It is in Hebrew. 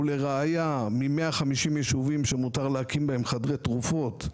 ולראייה מ-150 יישובים שמותר להקים בהם חדרי תרופות,